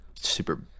super